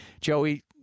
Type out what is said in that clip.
Joey